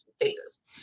phases